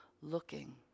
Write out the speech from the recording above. looking